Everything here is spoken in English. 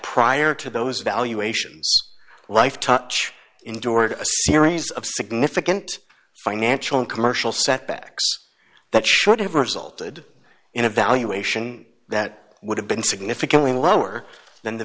prior to those valuations life touch endured a series of significant financial and commercial setbacks that should have resulted in a valuation that would have been significantly lower than the